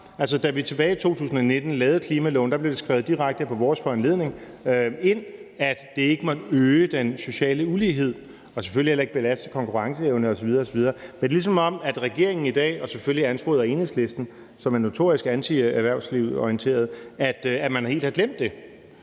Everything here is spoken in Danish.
Da vi tilbage i 2019 lavede klimaloven, blev det direkte på vores foranledning skrevet ind, at det ikke måtte øge den sociale ulighed og selvfølgelig heller ikke belaste konkurrenceevnen osv. osv. Men det er, ligesom om regeringen i dag, selvfølgelig ansporet af Enhedslisten, som er notorisk antierhvervsorienteret, helt har glemt det.